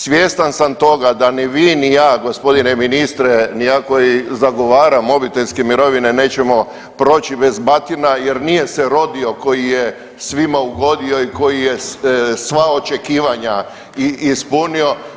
Svjestan sam toga da ni vi, ni ja gospodine ministre koji zagovaram obiteljske mirovine nećemo proći bez batina jer nije se rodio koji je svima ugodio i koji je sva očekivanja i ispunio.